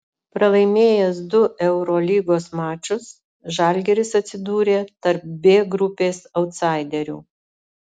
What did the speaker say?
pralaimėjęs du eurolygos mačus žalgiris atsidūrė tarp b grupės autsaiderių